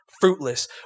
fruitless